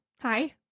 Hi